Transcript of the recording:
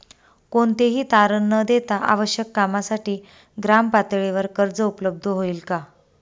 कोणतेही तारण न देता आवश्यक कामासाठी ग्रामपातळीवर कर्ज उपलब्ध होईल का?